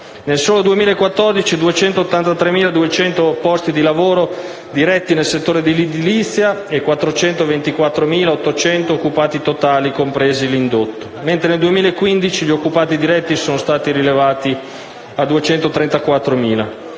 nel solo 2014, 283.200 posti di lavoro diretti nel settore dell'edilizia e 424.800 occupati totali, compreso l'indotto; mentre nel 2015, gli occupati diretti rilevati sono stati 234.000.